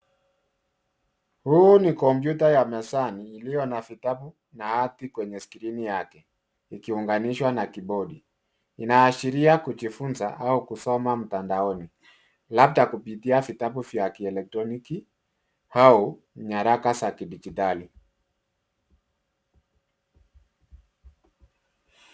Hii ni kompyuta ya mezani iloyo na vitabu na ardhi kwenye scrini yake ikiunganishwa na (cs)keyboard(cs),inaashiria kujifunza au kusoma mtandaoni labda kuptia kwa vya(cs) kieletroniki(cs) au kwenye harafa za kidijitali.